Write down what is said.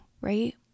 right